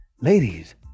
Ladies